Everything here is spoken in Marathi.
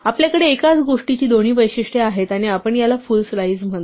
आपल्याकडे एकाच गोष्टीची दोन्ही वैशिष्ट्ये आहेत आणि आपण याला फुल स्लाईस म्हणतो